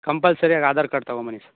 ಕಂಪಲ್ಸರಿಯಾಗಿ Aadhaar card ತಗೊಂಡ್ಬನ್ನಿ ಸ